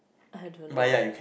I don't know